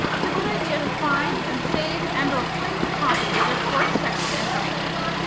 it's a good idea to find and save and or print a copy of your course section information.